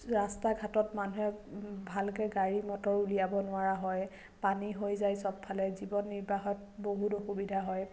ৰাস্তা ঘাটত মানুহে ভালকৈ গাড়ী মটৰ উলিয়াব নোৱাৰা হয় পানী হৈ যায় সবফালে জীৱন নিৰ্বাহত বহুত অসুবিধা হয়